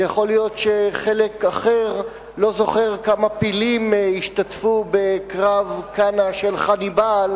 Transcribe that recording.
ויכול להיות שחלק אחר לא זוכר כמה פילים השתתפו בקרב קאנאי של חניבעל